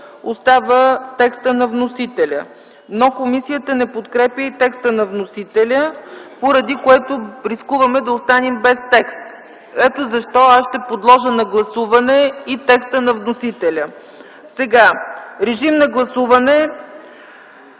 остава текстът на вносителя, но комисията не подкрепя и текста на вносителя, поради което рискуваме да останем без текст. Ето защо ще подложа на гласуване и текста на вносителя. Моля, гласувайте